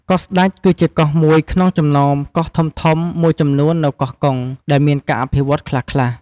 កោះស្តេច គឺជាកោះមួយក្នុងចំណោមកោះធំៗមួយចំនួននៅកោះកុង ដែលមានការអភិវឌ្ឍន៍ខ្លះៗ។